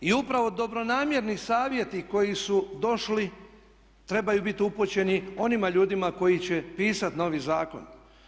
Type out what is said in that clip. I upravo dobronamjerni savjeti koji su došli trebaju bit upućeni onima ljudima koji će pisati novi zakon.